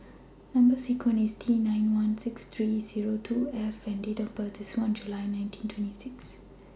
Number sequence IS T nine one six three Zero two seven F and Date of birth IS one July nineteen twenty six